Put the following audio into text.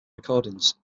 recordings